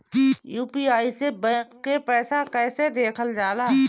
UPI से bank के पैसा कैसे देखल जाला?